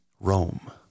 Rome